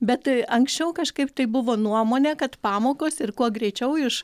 bet anksčiau kažkaip tai buvo nuomonė pamokos ir kuo greičiau iš